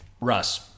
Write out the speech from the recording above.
Russ